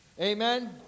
Amen